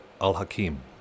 al-Hakim